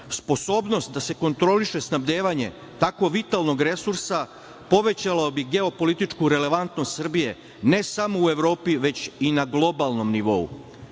Sposobnost da se kontroliše snabdevanje tako vitalnog resursa povećalo bi geopolitičku relevantnost Srbije ne samo u Evropi, već i na globalnom nivou.